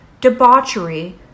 debauchery